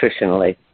nutritionally